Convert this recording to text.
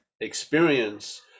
experience